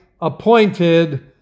appointed